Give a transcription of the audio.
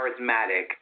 charismatic